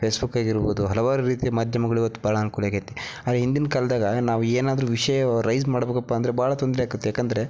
ಫೇಸ್ಬುಕ್ಕಾಗಿರ್ಬೋದು ಹಲವಾರು ರೀತಿಯ ಮಾಧ್ಯಮಗಳು ಇವತ್ತು ಭಾಳ ಅನುಕೂಲಾಗೈತಿ ಆದರೆ ಹಿಂದಿನ ಕಾಲ್ದಾಗೆ ನಾವು ಏನಾದ್ರೂ ವಿಷಯವ ರೈಸ್ ಮಾಡ್ಬೇಕಪ್ಪ ಅಂದರೆ ಭಾಳ ತೊಂದರೆ ಆಗತ್ ಏಕಂದ್ರೆ